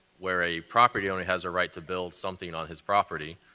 where a property owner has a right to build something on his property,